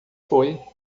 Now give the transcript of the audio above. foi